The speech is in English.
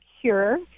Cure